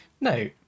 no